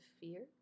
Fear